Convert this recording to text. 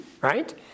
right